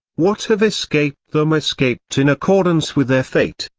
what have escaped them escaped in accordance with their fate,